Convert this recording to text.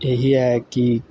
एह् ऐ कि